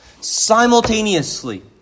simultaneously